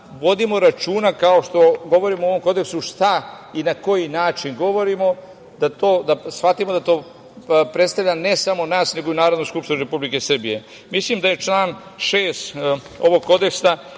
vodimo računa, kao što govorimo o ovom kodeksu šta i na koji način govorimo, da shvatimo da to predstavlja ne samo nas, nego i Narodnu skupštinu Republike Srbije. Mislim da je član 6. ovog kodeksa